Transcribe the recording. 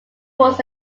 was